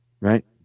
Right